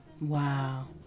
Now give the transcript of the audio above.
Wow